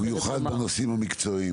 במיוחד בנושאים המקצועיים.